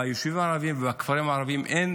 ביישובים הערביים ובכפרים הערביים אין